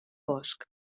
bosc